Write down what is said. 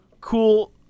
cool